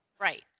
right